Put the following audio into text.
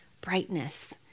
brightness